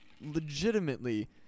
legitimately